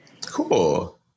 Cool